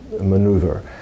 maneuver